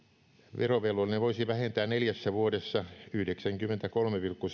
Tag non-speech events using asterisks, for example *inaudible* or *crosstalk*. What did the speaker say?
verovelvollinen voisi vähentää neljässä vuodessa yhdeksänkymmentäkolme pilkku *unintelligible*